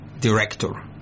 director